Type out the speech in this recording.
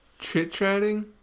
chit-chatting